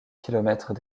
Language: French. kilomètres